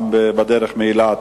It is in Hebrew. גם בדרך מאילת,